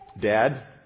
Dad